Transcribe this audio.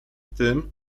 tym